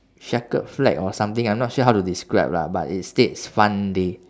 checkered flag or something I'm not sure how to describe lah but it states fun day